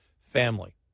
Family